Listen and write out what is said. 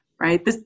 right